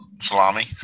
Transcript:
Salami